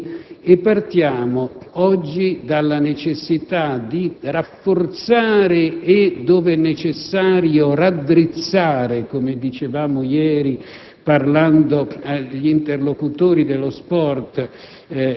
Dunque, noi partiamo da queste constatazioni; partiamo oggi dalla necessità di rafforzare e, dove necessario, raddrizzare, come sostenuto ieri